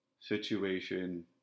situation